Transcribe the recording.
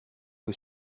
que